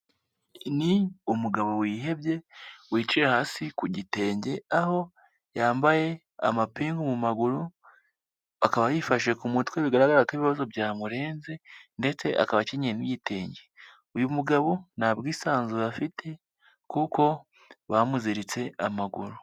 Ni umugabo wihebye wicaye hasi ku gitenge, aho yambaye amapingu mu maguru akaba yifashe ku mutwe bigaragara ko ibibazo byamurenze ndetse akaba akenyeye n'igitenge, uyu mugabo nta bwisanzure afite kuko bamuziritse amaguru.